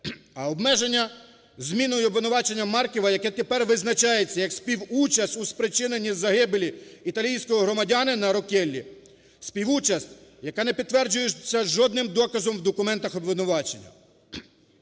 А обмеження зміною обвинувачення Марківа, яке тепер визначається як співучасть у спричиненні загибелі італійського громадянина Рокеллі, співучасть, яка не підтверджується жодним доказом в документах обвинувачення.